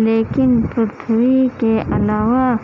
لیکن پرتھوی کے علاوہ